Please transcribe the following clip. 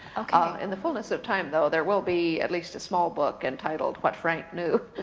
in the fullness of time though, there will be at least a small book entitled what frank knew.